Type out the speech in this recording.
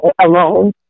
alone